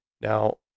Now